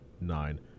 nine